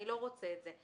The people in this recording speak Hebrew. אני לא רוצה את זה.